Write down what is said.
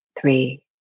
three